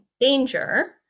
danger